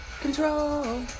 Control